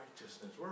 righteousness